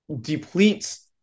depletes